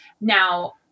Now